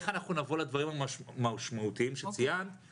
איך אנחנו נבוא לדברים המשמעותיים שציינת